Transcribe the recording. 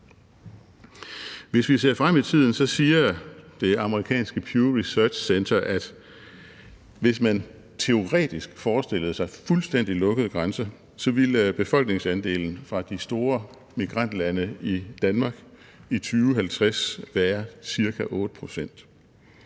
Hvis vi ser frem i tiden, ville man, hvis man teoretisk forestillede sig fuldstændig lukkede grænser, se, at befolkningsandelen fra de store migrantlande i Danmark i 2050 ville være ca. 8